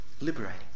liberating